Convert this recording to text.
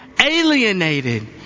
alienated